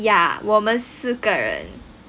ya 我们四个人